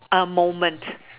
A moment